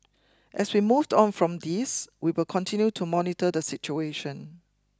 as we moved on from this we will continue to monitor the situation